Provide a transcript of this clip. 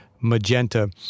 magenta